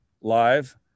live